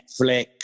Netflix